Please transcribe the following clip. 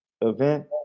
event